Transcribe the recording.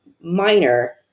minor